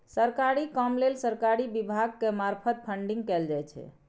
सरकारी काम लेल सरकारी विभाग के मार्फत फंडिंग कएल जाइ छै